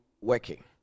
working